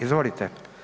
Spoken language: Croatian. Izvolite.